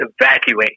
evacuate